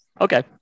Okay